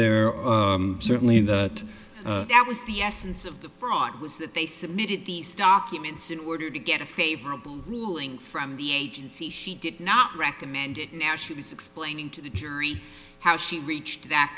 are certainly that that was the essence of the fraud was that they submitted these documents in order to get a favorable ruling from the agency she did not recommend it now she was explaining to the jury how she reached that